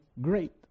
great